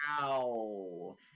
Wow